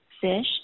FISH